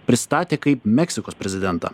pristatė kaip meksikos prezidentą